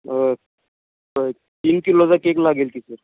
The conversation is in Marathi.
तीन किलोचा केक लागेल की सर